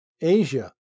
Asia